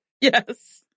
Yes